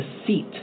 deceit